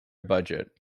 budget